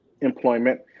employment